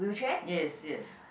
yes yes